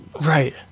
Right